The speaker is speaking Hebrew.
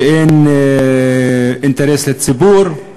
שאין אינטרס לציבור,